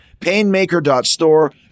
Painmaker.store